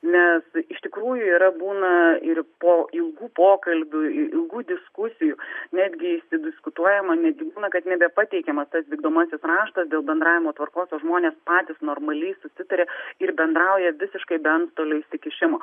nes iš tikrųjų yra būna ir po ilgų pokalbių ilgų diskusijų netgi išsidiskutuojama netgi būna kad nebepateikiamas tas vykdomasis raštas dėl bendravimo tvarkos o žmonės patys normaliai susitaria ir bendrauja visiškai be antstolių įsikišimo